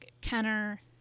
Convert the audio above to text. Kenner